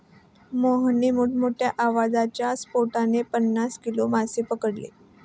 मोहितने मोठ्ठ्या आवाजाच्या स्फोटाने पन्नास किलो मासे पकडले